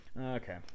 Okay